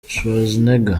schwarzenegger